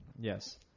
Yes